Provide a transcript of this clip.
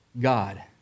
God